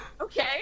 Okay